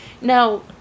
Now